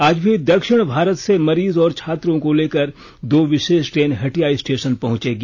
आज भी दक्षिण भारत से मरीज और छात्रों को लेकर दो विषेष ट्रेन हटिया स्टेषन पहुंचेगी